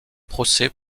procès